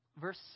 verse